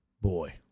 boy